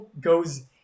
goes